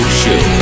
show